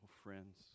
Friends